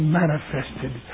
manifested